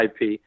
ip